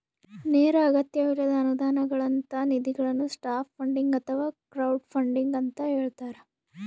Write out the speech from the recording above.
ನೇರ ಅಗತ್ಯವಿಲ್ಲದ ಅನುದಾನಗಳಂತ ನಿಧಿಗಳನ್ನು ಸಾಫ್ಟ್ ಫಂಡಿಂಗ್ ಅಥವಾ ಕ್ರೌಡ್ಫಂಡಿಂಗ ಅಂತ ಹೇಳ್ತಾರ